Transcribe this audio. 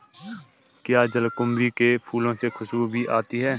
क्या जलकुंभी के फूलों से खुशबू भी आती है